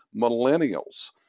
Millennials